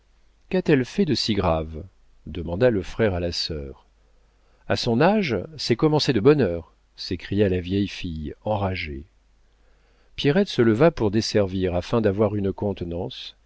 qu'a-t-elle fait de si grave demanda le frère à la sœur a son âge c'est commencer de bonne heure s'écria la vieille fille enragée pierrette se leva pour desservir afin d'avoir une contenance